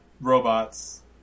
robots